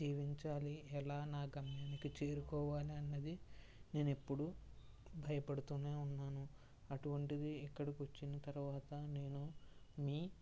జీవించాలి ఎలా నా గమ్యానికి చేరుకోవాలి అన్నది నేనెప్పుడు భయపడుతూనే ఉన్నాను అటువంటిది ఇక్కడికి వచ్చిన తర్వాత నేను మీ